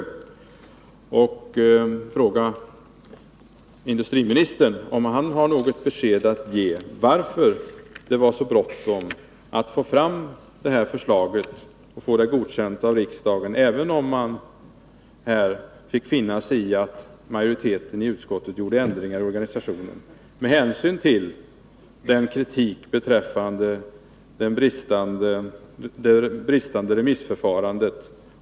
Jag frågar alltså industriministern om han har något besked att ge om varför det var så bråttom att få fram det här förslaget och få det godkänt av riksdagen, även om man fick finna sig i att majoriteten i utskottet gjorde ändringar beträffande organisationen. Varför var det så bråttom trots kritiken beträffande det bristande remissförfarandet?